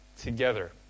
together